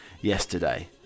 yesterday